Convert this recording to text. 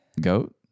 Goat